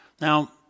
now